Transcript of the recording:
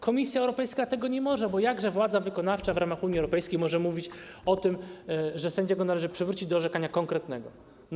Komisja Europejska tego nie może, bo jakże władza wykonawcza w ramach Unii Europejskiej może mówić o tym, że sędziego należy przywrócić do konkretnego orzekania.